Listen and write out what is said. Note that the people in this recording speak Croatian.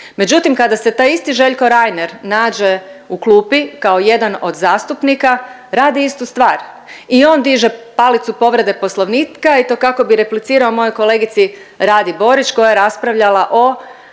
Međutim, kada se taj isti Željko Reiner nađe u klupi kao jedan od zastupnika radi istu stvar. I on diže palicu povrede Poslovnika i to kako bi replicirao mojoj kolegici Radi Borić koja je raspravljala o